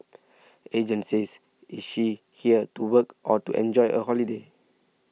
agent says is she here to work or to enjoy a holiday